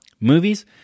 movies